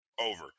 Over